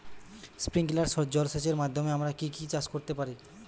Sprinkler জলসেচের মাধ্যমে আমরা কি কি চাষ করতে পারি?